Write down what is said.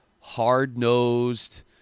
hard-nosed